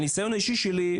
מהניסיון האישי שלי,